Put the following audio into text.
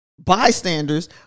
bystanders